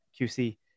qc